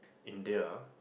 India